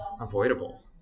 avoidable